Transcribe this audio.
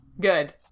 Good